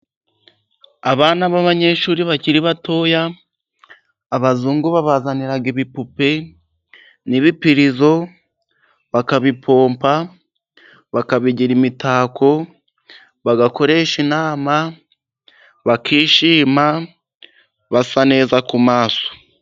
Abana b'abanyeshuri bakiri batoya ,abazungu babazanira ibipupe n'ibipirizo bakabipompa ,bakabigira imitako ,bagakoresha inama, bakishima basa neza ku maso.